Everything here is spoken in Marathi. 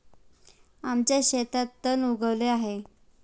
आमच्या शेतात तण उगवले आहे